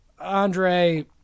Andre